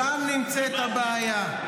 שם נמצאת הבעיה,